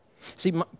See